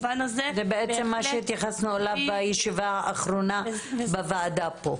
זה בעצם מה שהתייחסנו אליו בישיבה האחרונה כאן בוועדה.